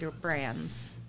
brands